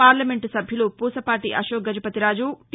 parliament సభ్యులు Pusapati Ashok Gajapathi Raju tea